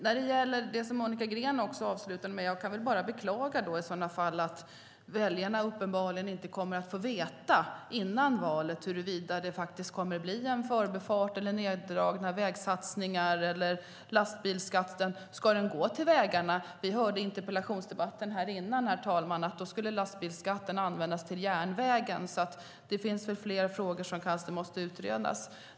När det gäller det Monica Green avslutade med kan jag bara beklaga att väljarna uppenbarligen inte kommer att få veta före valet huruvida det faktiskt kommer att bli en förbifart eller neddragna vägsatsningar. Ska lastbilsskatten gå till vägarna? Vi hörde i en tidigare interpellationsdebatt, herr talman, att lastbilsskatten skulle användas till järnvägen. Det finns alltså fler frågor som kanske måste utredas.